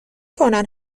کنن